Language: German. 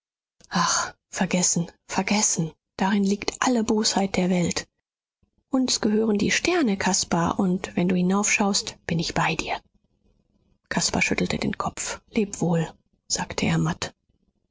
ach vergessen vergessen darin liegt alle bosheit der welt uns gehören die sterne caspar und wenn du hinaufschaust bin ich bei dir caspar schüttelte den kopf leb wohl sagte er matt